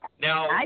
now